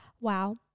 Wow